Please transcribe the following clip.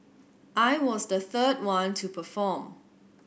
I was the third one to perform